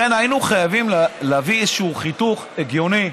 היינו חייבים להביא איזשהו חיתוך הגיוני.